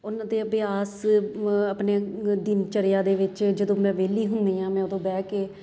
ਉਹਨਾਂ ਦੇ ਅਭਿਆਸ ਆਪਣੇ ਦਿਨ ਚਰਿਆ ਦੇ ਵਿੱਚ ਜਦੋਂ ਮੈਂ ਵਿਹਲੀ ਹੁੰਦੀ ਹਾਂ ਮੈਂ ਉਦੋਂ ਬਹਿ ਕੇ